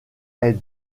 est